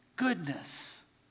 Goodness